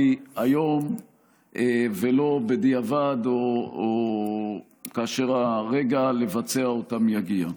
היום ולא בדיעבד או כאשר הרגע לבצע אותם יגיע.